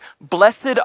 blessed